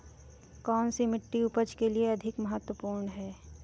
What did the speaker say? कौन सी मिट्टी उपज के लिए अधिक महत्वपूर्ण है?